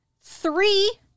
three